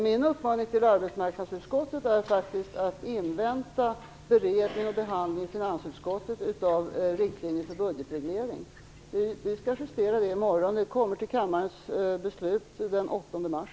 Min uppmaning till arbetsmarknadsutskottet är faktiskt att invänta beredning och behandling i finansutskottet av riktlinjer för budgetreglering. Vi skall justera det i morgon. Det kommer upp till beslut i kammaren den 8 mars.